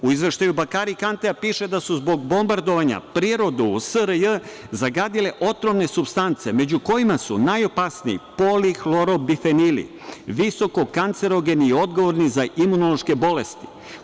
U izveštaju Bakari Kantea piše da su zbog bombardovanja prirodu u SRJ zagadile otrovne supstance među kojima su najopasniji polihlorobifenili, visoko kancerogeni i odgovorni za imunološke bolesti.